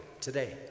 today